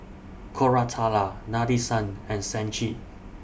Koratala Nadesan and Sachin